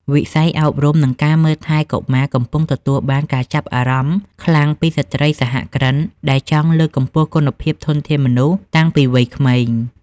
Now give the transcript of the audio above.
វិស័យអប់រំ និងការមើលថែកុមារកំពុងទទួលបានការចាប់អារម្មណ៍ខ្លាំងពីស្ត្រីសហគ្រិន ដែលចង់លើកកម្ពស់គុណភាពធនធានមនុស្សតាំងពីវ័យក្មេង។